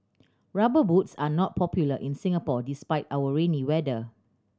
Rubber Boots are not popular in Singapore despite our rainy weather